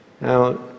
now